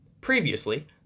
Previously